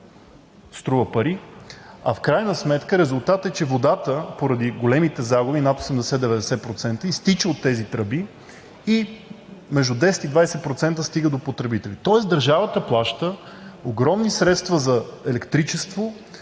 струва пари, а в крайна сметка резултатът е, че водата, поради големите загуби – над 80 – 90%, изтича от тези тръби и между 10 и 20% стигат до потребителите, тоест държавата плаща огромни средства за електричество,